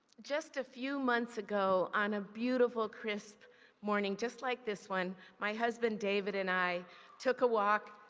just a few months ago, on a beautiful, crisp morning, just like this one, my husband david and i took a walk